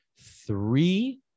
three